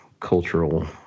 cultural